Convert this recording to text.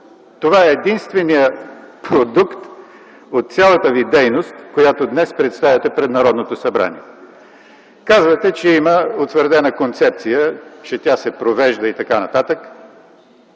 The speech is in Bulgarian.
Това е единственият продукт от цялата ви дейност, която днес представяте пред Народното събрание. Казвате, че има утвърдена концепция, че тя се провежда и така нататък.